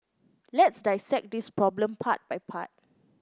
let's dissect this problem part by part